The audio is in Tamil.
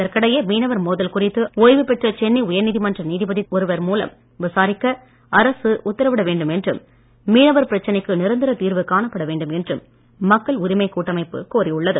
இதற்கிடையே மீனவர் மோதல் குறித்து ஓய்வு பெற்ற சென்னை உயர்நீதிமன்ற நீதிபதி ஒருவர் மூலம் விசாரிக்க அரசு உத்தரவிட வேண்டும் என்றும் மீனவர் பிரச்சனைக்கு நிரந்தர தீர்வு காணப்பட வேண்டும் என்றும் மக்கள் உரிமைக் கூட்டமைப்பு கோரியுள்ளது